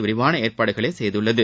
விரிவான ஏற்பாடுகளை செய்துள்ளது